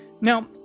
Now